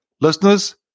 Listeners